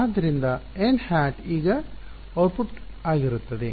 ಆದ್ದರಿಂದ n hat ಈಗ output ಆಗಿರುತ್ತದೆ